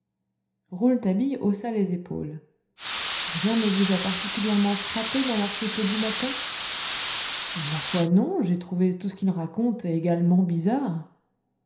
rouletabille haussa les épaules rien ne vous a particulièrement frappé dans l'article du matin ma foi non j'ai trouvé tout ce qu'il raconte également bizarre